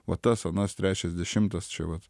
va tas anas trečias dešimtas čia vat